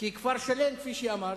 כפר-שלם, כפי שאמרת,